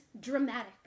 dramatic